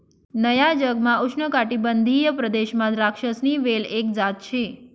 नया जगमा उष्णकाटिबंधीय प्रदेशमा द्राक्षसनी वेल एक जात शे